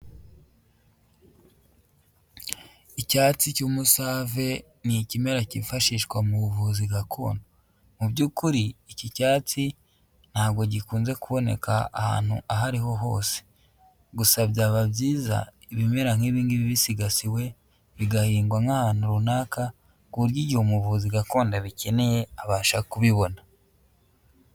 Icyatsi cy'umusave ni ikimera cyifashishwa mu buvuzi gakondo mu by'ukuri iki cyatsi ntabwo gikunze kuboneka ahantu aho ariho hose, gusa byaba byiza ibimera nk'ibi ngibi bisigasiwe, bigahingwa nk'ahantu runaka ku buryo igihe umuvuzi gakondo abikeneye abasha kubibona.